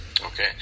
Okay